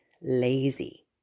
lazy